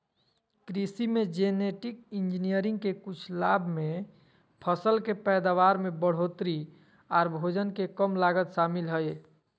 कृषि मे genetic engineering के कुछ लाभ मे फसल के पैदावार में बढ़ोतरी आर भोजन के कम लागत शामिल हय